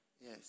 Yes